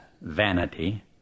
vanity